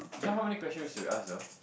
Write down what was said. so how many questions should we asked though